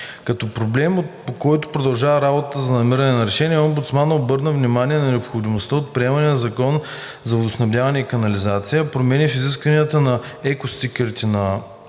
Като проблеми, по които продължава работата за намиране на решение, омбудсманът обърна внимание на необходимостта от приемането на Закона за ВиК, промени в изискванията за екостикерите на